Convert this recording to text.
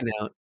out